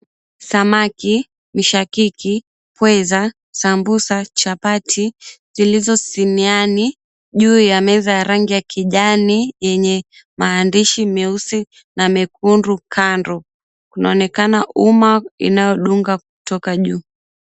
Samaki, mishakiki, pweza, sambusa, chapati zilizo siniani juu ya meza ya rangi ya kijani yenye maandishi meusi na mekundu kando. Unaonekana umma unaodunga kutoka juu.